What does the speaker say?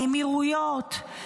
האמירויות,